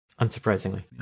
unsurprisingly